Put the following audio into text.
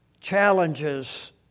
challenges